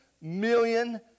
million